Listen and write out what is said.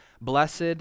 blessed